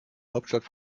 hauptstadt